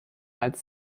als